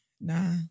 Nah